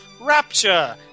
Rapture